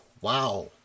wow